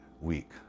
week